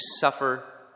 suffer